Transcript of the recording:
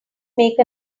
make